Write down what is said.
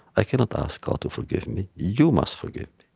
i cannot ask god to forgive me. you must forgive